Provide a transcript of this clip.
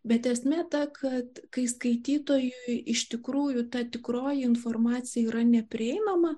bet esmė ta kad kai skaitytojui iš tikrųjų ta tikroji informacija yra neprieinama